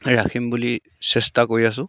ৰাখিম বুলি চেষ্টা কৰি আছোঁ